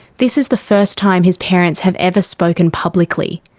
this is the first time his parents have ever spoken publicly.